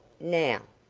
now.